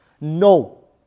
No